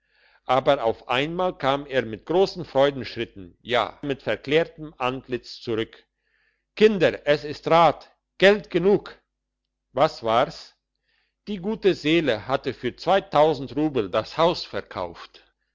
aber auf einmal kam er mit grossen freudenschritten ja mit verklärtem antlitz zurück kinder es ist rat geld genug was war's die gute seele hatte für zweitausend rubel das haus verkauft